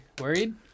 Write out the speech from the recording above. worried